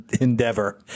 endeavor